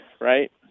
right